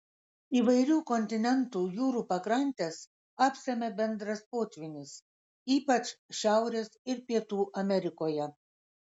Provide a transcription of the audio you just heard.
įvairių kontinentų jūrų pakrantes apsemia bendras potvynis ypač šiaurės ir pietų amerikoje